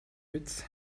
биз